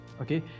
Okay